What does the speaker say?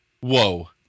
Whoa